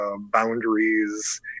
boundaries